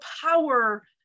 power